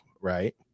right